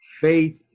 Faith